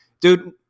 Dude